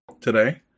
today